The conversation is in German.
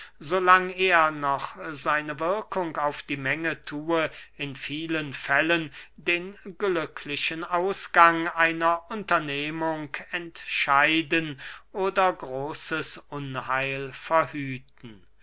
lang er noch seine wirkung auf die menge thue in vielen fällen den glücklichen ausgang einer unternehmung entscheiden oder großes unheil verhüten